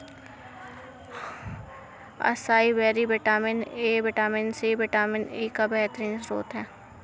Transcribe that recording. acai berry vitamin A, vitamin C, और vitamin E का बेहतरीन स्त्रोत है